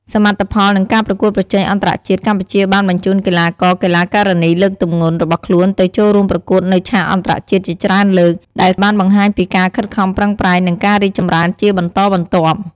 សមិទ្ធផល និងការប្រកួតប្រជែងអន្តរជាតិ កម្ពុជាបានបញ្ជូនកីឡាករ-កីឡាការិនីលើកទម្ងន់របស់ខ្លួនទៅចូលរួមប្រកួតនៅឆាកអន្តរជាតិជាច្រើនលើក ដែលបានបង្ហាញពីការខិតខំប្រឹងប្រែង និងការរីកចម្រើនជាបន្តបន្ទាប់។